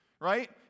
right